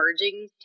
emerging